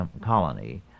colony